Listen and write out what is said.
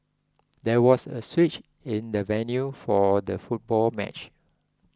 there was a switch in the venue for the football match